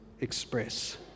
express